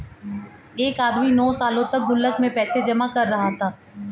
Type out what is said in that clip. एक आदमी नौं सालों तक गुल्लक में पैसे जमा कर रहा था